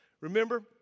Remember